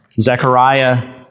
Zechariah